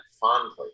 fondly